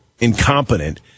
incompetent